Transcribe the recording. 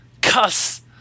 cuss